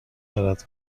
دارد